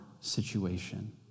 situation